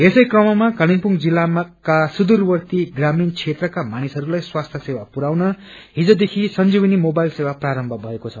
यसै क्रममा कालेबुङ जिल्लकासुदूवर्ती ग्रामीण क्षेत्रका मानिसहरूलाई स्वास्थ्य सेवा पुर्याउन हिजदेखि संजीवनी मोबाईल सेवा प्रारमी भएको छ